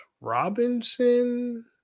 Robinson